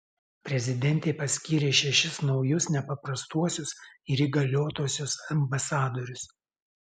prezidentė paskyrė šešis naujus nepaprastuosius ir įgaliotuosiuos ambasadorius